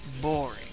boring